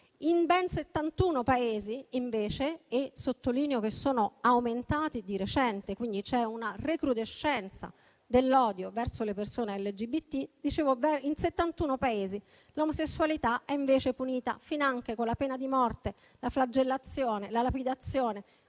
in ben 71 Paesi invece - e sottolineo che sono aumentati di recente, quindi c'è una recrudescenza dell'odio verso le persone LGBT - l'omosessualità è punita finanche con la pena di morte, la flagellazione, la lapidazione